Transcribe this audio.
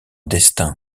destin